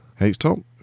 HTOP